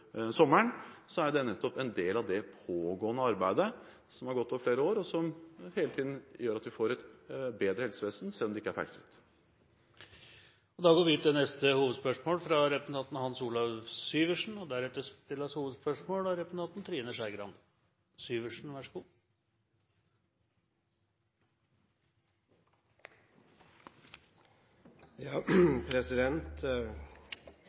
sommeren, er jo det nettopp en del av det arbeidet som har pågått over flere år, og som gjør at vi hele tiden får et bedre helsevesen, selv om det ikke er feilfritt. Da går vi til neste hovedspørsmål.